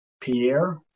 Pierre